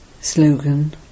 Slogan